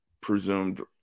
presumed